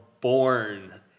born